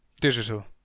digital